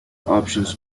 options